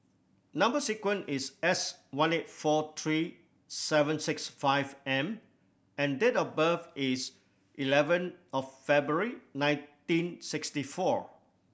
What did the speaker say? number sequence is S one eight four three seven six five M and date of birth is eleven of February nineteen sixty four